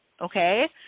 Okay